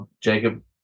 Jacob